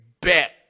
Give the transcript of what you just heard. bet